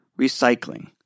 recycling